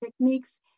techniques